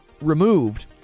removed